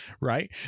right